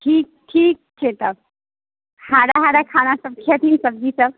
ठीक ठीक छै तऽ हरा हरा खानासब खेथिन सब्जीसब